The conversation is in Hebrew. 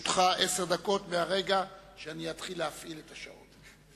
לרשותך עשר דקות מהרגע שאפעיל את השעון.